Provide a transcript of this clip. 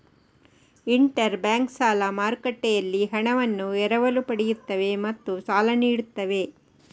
inter bank ಸಾಲ ಮಾರುಕಟ್ಟೆಯಲ್ಲಿ ಹಣವನ್ನು ಎರವಲು ಪಡೆಯುತ್ತವೆ ಮತ್ತು ಸಾಲ ನೀಡುತ್ತವೆ